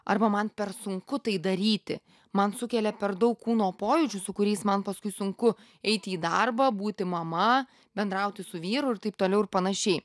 arba man per sunku tai daryti man sukelia per daug kūno pojūčių su kuriais man paskui sunku eiti į darbą būti mama bendrauti su vyru ir taip toliau ir panašiai